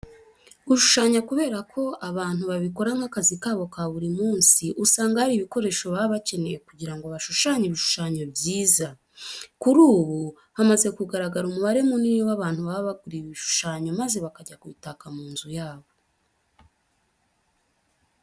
Gushushanya kubera ko hari abantu babikora nk'akazi kabo ka buri munsi, usanga hari ibikoresho baba bakeneye kugira ngo bashushanye ibishushanyo byiza. Kuri ubu hamaze kugaragara umubare munini w'abantu baba bagura ibi bishushanyo maze bakajya kubitaka mu mazu yabo.